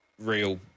real